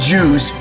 Jews